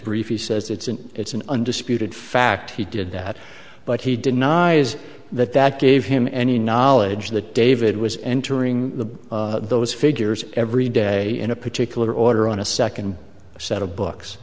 brief he says it's an it's an undisputed fact he did that but he denies that that gave him any knowledge that david was entering the those figures every day in a particular order on a second set of books